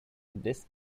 this